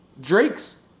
Drake's